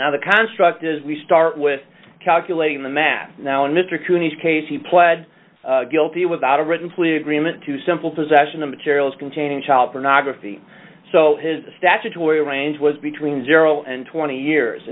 now the construct is we start with calculating the math now and mr coon each case he pled guilty without a written plea agreement to simple possession of materials containing child pornography so his statutory range was between zero and twenty years